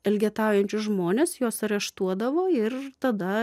elgetaujančius žmones juos areštuodavo ir tada